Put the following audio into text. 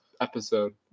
episode